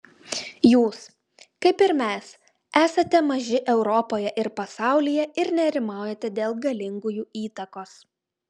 jūs kaip ir mes esate maži europoje ir pasaulyje ir nerimaujate dėl galingųjų įtakos